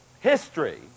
history